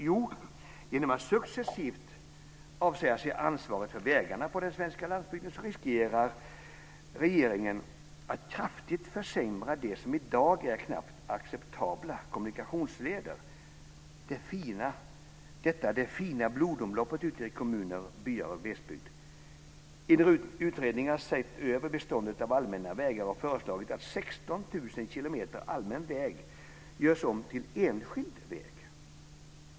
Jo, genom att successivt avsäga sig ansvaret för vägarna på den svenska landsbygden riskerar regeringen att kraftigt försämra det som i dag är knappt acceptabla kommunikationsleder. Det handlar om det fina blodomloppet ute i kommuner, byar och glesbygd. En utredning har sett över beståndet av allmänna vägar och föreslagit att 16 000 km allmän väg görs om till enskild väg.